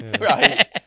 Right